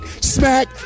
Smack